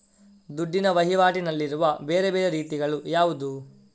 ದುಡ್ಡಿನ ವಹಿವಾಟಿನಲ್ಲಿರುವ ಬೇರೆ ಬೇರೆ ರೀತಿಗಳು ಯಾವುದು?